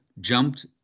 jumped